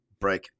break